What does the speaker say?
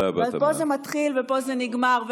פה זה מתחיל ופה זה נגמר,